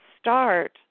start